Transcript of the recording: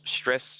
stress